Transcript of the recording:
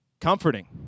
comforting